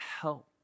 help